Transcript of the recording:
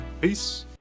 Peace